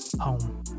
home